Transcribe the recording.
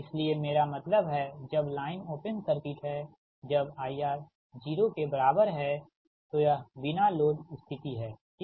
इसलिए मेरा मतलब है जब लाइन ओपन सर्किट है जब IR 0 के बराबर है तो यह बिना लोड स्थिति है ठीक